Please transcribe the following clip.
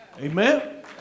Amen